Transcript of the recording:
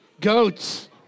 Goats